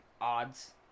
odds